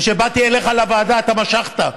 כשבאתי אליך לוועדה, אתה משכת,